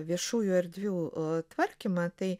viešųjų erdvių tvarkymą tai